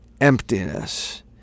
emptiness